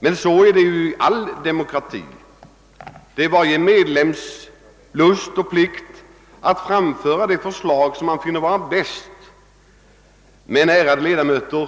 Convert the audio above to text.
Men så är det i varje demokrati; det är varje medlems rättighet och plikt att framföra de förslag som han finner bäst, men, ärade ledamöter,